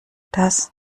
das